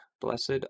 Blessed